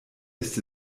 ist